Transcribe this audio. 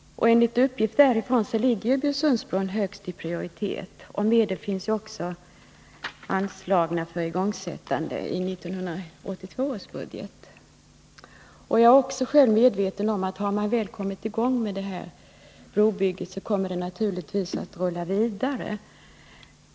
Enligt uppgift från vägverket ligger också bron vid Bjursunds ström högst i fråga om prioritet. Det finns också i 1982 års budget medel anslagna för ett igångsättande av bygget. Jag är också medveten om, att har man väl kommit i gång med brobygget, kommer det naturligtvis att rulla vidare.